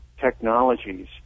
technologies